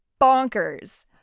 bonkers